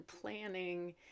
planning